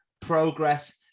progress